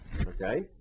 okay